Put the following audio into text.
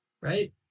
right